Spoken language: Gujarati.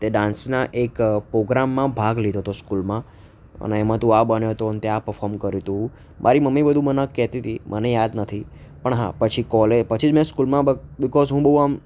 તે ડાન્સના એક પ્રોગ્રામમાં ભાગ લીધો હતો સ્કૂલમાં અને એમાં તું આ બન્યો હતો ને તે આ પરફોમ કર્યું હતું મારી મમ્મી બધું મને કહેતી હતી મને યાદ નથી પણ હા પછી કોલ પછી મેં સ્કૂલમાં બીકોઝ હું બહુ આમ